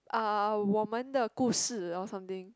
uh 我们的故事：wo men de gu shi or something